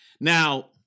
Now